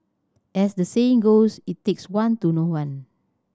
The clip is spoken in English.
as the saying goes it takes one to know one